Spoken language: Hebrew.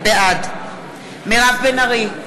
בעד מירב בן ארי,